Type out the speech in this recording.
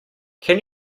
can